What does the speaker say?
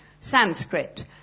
Sanskrit